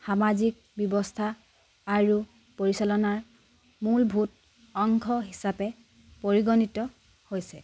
সামাজিক ব্যৱস্থা আৰু পৰিচালনাৰ মূলভূত অংশ হিচাপে পৰিগণিত হৈছে